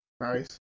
Nice